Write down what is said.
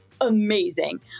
amazing